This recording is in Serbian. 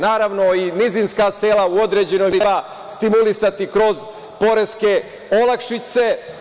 Naravno, i nizinska sela u određenoj meri treba stimulisati kroz poreske olakšice.